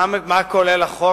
מה כולל החוק?